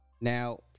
Now